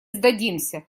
сдадимся